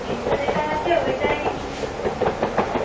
তিনশো যেটা আছে ওইটাই ধরবেন